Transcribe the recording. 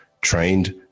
trained